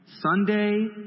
Sunday